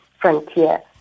frontier